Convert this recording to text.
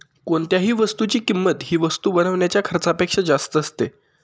कोणत्याही वस्तूची किंमत ही वस्तू बनवण्याच्या खर्चापेक्षा जास्त असते